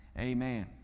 amen